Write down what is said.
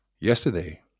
Yesterday